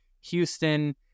Houston